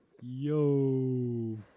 Yo